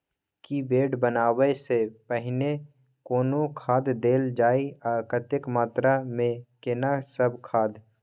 की bed बनबै सॅ पहिने कोनो खाद देल जाय आ कतेक मात्रा मे केना सब खाद?